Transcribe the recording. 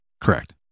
Correct